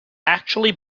actually